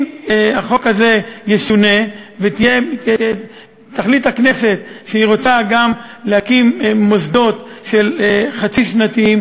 אם החוק הזה ישונה ותחליט הכנסת שהיא רוצה להקים גם מוסדות חצי-שנתיים